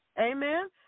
Amen